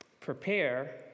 Prepare